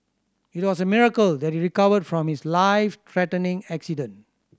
it was a miracle that he recovered from his life threatening accident